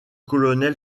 colonel